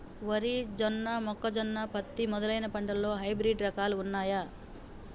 వరి జొన్న మొక్కజొన్న పత్తి మొదలైన పంటలలో హైబ్రిడ్ రకాలు ఉన్నయా?